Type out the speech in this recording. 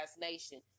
Nation